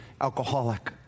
alcoholic